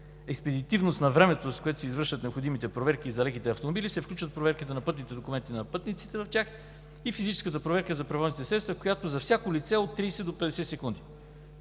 експедитивност на времето, с което се извършват необходимите проверки за леките автомобили, се включват проверките на пътните документи на пътниците в тях и физическата проверка за превозните средства, която за всяко лице е от 30 до 50 секунди